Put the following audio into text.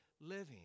living